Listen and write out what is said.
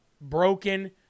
broken